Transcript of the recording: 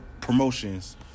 promotions